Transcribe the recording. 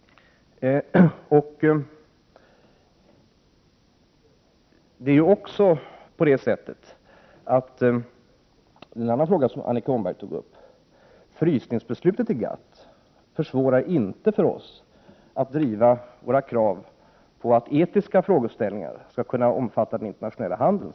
Med anledning av en annan fråga som Annika Åhnberg tog upp, vill jag säga att frysningsbeslutet i GATT inte försvårar för oss att driva våra krav på att etiska frågeställningar skall kunna omfatta den internationella handeln.